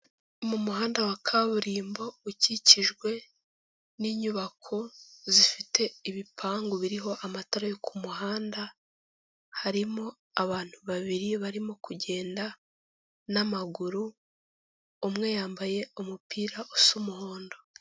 Mu muhanda wa kaburimbo ukikijwe n'inyubako zifite ibipangu biriho amatara yo ku muhanda, harimo abantu babiri barimo kugenda n'amaguru, umwe yambaye umupira usa umuhondo.